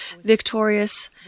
victorious